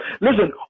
Listen